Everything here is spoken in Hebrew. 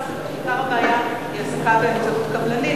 עיקר הבעיה היא העסקה באמצעות קבלנים.